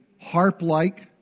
harp-like